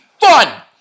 fun